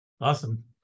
Awesome